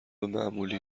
معمولی